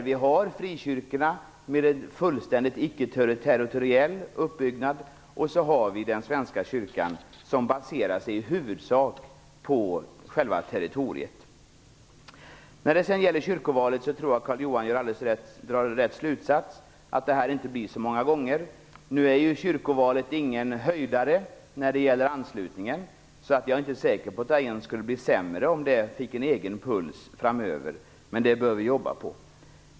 Vi har frikyrkorna, med en fullständigt icke-territoriell uppbyggnad, och den svenska kyrkan, som baseras i huvudsak på själva territoriet. När det sedan gäller kyrkovalet drar Carl-Johan Wilson rätt slutsats, dvs. att det inte kommer att hållas så många gånger. Nu är kyrkovalet ingen höjdare när det gäller anslutningen, så jag är inte ens säker på att det skulle bli sämre om det fick en egen puls framöver, men det bör vi jobba på.